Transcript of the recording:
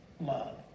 love